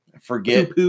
forget